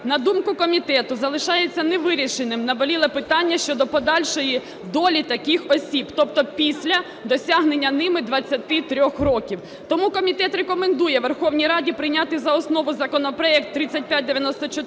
на думку комітету, залишається невирішеним наболіле питання щодо подальшої долі таких осіб, тобто після досягнення ними 23 років. Тому Комітет рекомендує Верховній Раді прийняти за основу законопроект 3594